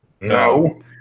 No